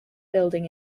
building